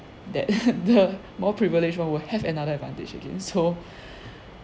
that the more privileged one will have another advantage again so